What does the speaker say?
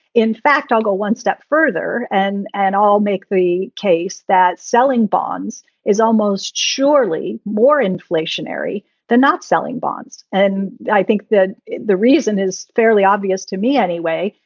in fact, i'll go one step further and and i'll make the case that selling bonds is almost surely more inflationary than not selling bonds. and i think that the reason is fairly obvious to me anyway.